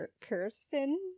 Kirsten